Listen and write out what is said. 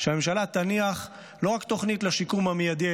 שהממשלה לא רק תניח תוכנית לשיקום המיידי,